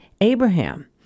Abraham